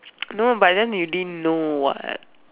no but then you didn't know what